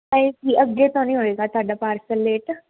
ਨਹੀਂ ਜੀ ਅੱਗੇ ਤਾਂ ਨਹੀਂ ਹੋਏਗਾ ਤੁਹਾਡਾ ਪਾਰਸਲ ਲੇਟ